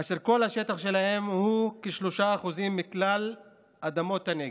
אשר כל השטח שלהם הוא כ-3% מכלל אדמות הנגב,